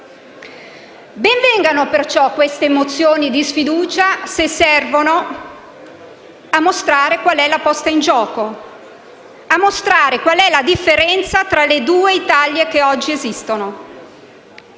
Ben vengano perciò queste mozioni di sfiducia se servono a mostrare qual è la posta in gioco, qual è la differenza fra le due Italie che esistono